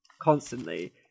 constantly